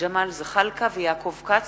ג'מאל זחאלקה ויעקב כץ